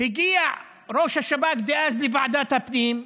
הגיע ראש השב"כ דאז לוועדת הפנים,